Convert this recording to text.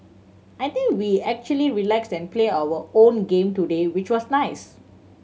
I think we actually relaxed and play our own game today which was nice